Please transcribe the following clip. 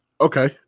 okay